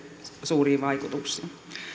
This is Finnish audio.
suuria vaikutuksia